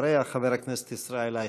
אחריה, חבר הכנסת ישראל אייכלר.